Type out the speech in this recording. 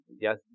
Yes